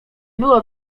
było